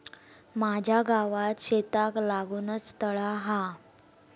माझ्या गावात शेताक लागूनच तळा हा